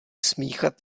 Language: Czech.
smíchat